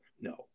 No